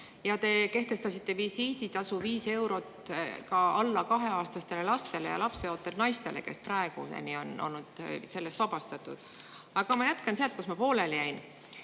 ja kehtestasite visiiditasu viis eurot ka alla kaheaastastele lastele ja lapseootel naistele, kes praeguseni on olnud sellest vabastatud. Aga ma jätkan sealt, kus ma pooleli jäin.